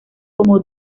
como